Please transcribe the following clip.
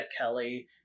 Kelly